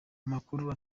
amakuru